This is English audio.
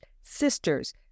sisters